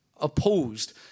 opposed